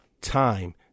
time